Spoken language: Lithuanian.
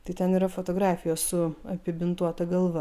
tai ten yra fotografijos su apibintuota galva